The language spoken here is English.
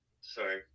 sorry